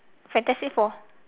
fantastic four